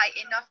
enough